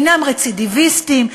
אינם רצידיביסטים,